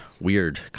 weird